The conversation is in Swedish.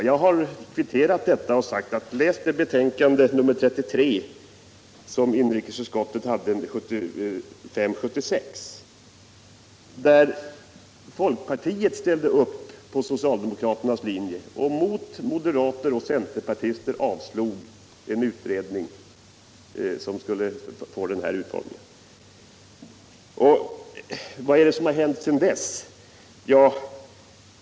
Jag skydd, m.m. har kvitterat det med att rekommendera Per Ahlmark att läsa inrikesutskottets betänkande 1975/76:33, där folkpartiet ställde upp på socialdemokraternas linje och mot moderater och centerpartister avstyrkte förslaget om en utredning som skulle få den här utformningen. Vad är det som har hänt sedan dess?